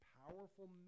powerful